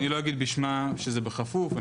אני לא אגיד בשמה שזה בכפוף.